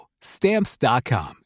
Stamps.com